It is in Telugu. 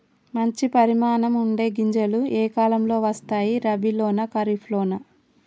మంచి పరిమాణం ఉండే గింజలు ఏ కాలం లో వస్తాయి? రబీ లోనా? ఖరీఫ్ లోనా?